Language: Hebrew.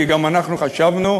כי גם אנחנו חשבנו,